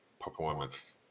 performance